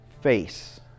face